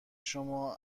شما